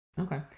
Okay